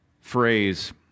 phrase